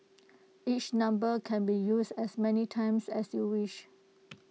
each number can be used as many times as you wish